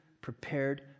prepared